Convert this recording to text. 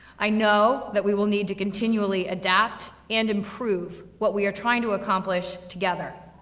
i know that we will need to continually adapt, and improve what we are trying to accomplish together.